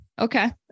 Okay